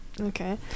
okay